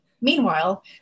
Meanwhile